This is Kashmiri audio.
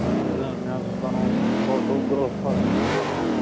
اَہَن حظ مےٚ حظ اوس بناوُن یِم فوٹوٗگراف حظ اوس مےٚ بناوُن